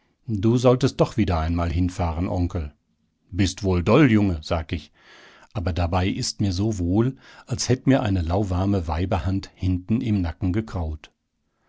du solltest doch wieder einmal hinfahren onkel bist wohl doll junge sag ich aber dabei ist mir so wohl als hätt mir eine lauwarme weiberhand hinten im nacken gekraut